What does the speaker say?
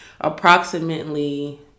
approximately